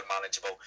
manageable